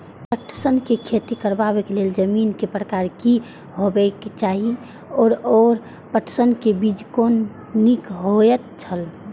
पटसन के खेती करबाक लेल जमीन के प्रकार की होबेय चाही आओर पटसन के बीज कुन निक होऐत छल?